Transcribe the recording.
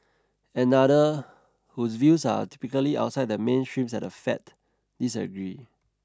another whose views are typically outside the mainstreams at the Fed disagreed